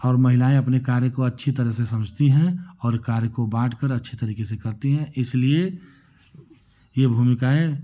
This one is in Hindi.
और महिलाएं अपने कार्य को अच्छी तरह से समझती हैं और कार्य को बांट कर अच्छी तरीके से करती हैं इसलिए ये भूमिकाएं